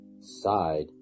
side